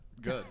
Good